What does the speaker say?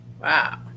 wow